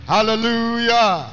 Hallelujah